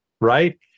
right